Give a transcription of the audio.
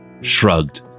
shrugged